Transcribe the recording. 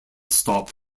stop